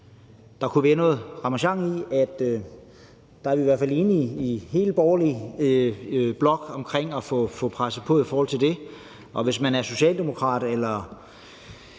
der kunne være noget ramasjang i det. Der er vi i hvert fald enige i hele den borgerlige blok om at få presset på i forhold til det. Og hvis man er socialdemokrat eller